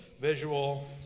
visual